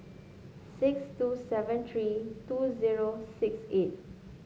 six two seven three two zero six eight